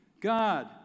God